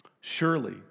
surely